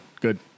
good